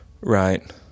right